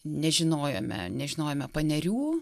nežinojome nežinojome panerių